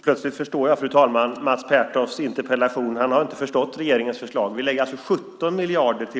Fru talman! Plötsligt förstår jag Mats Pertofts interpellation. Han har inte förstått regeringens förslag. Vi tillför